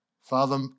Father